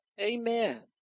Amen